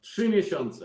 3 miesiące.